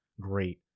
great